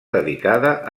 dedicada